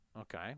Okay